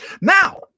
Now